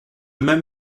même